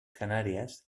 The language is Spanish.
canarias